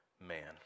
man